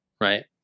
Right